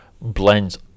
blends